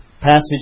passage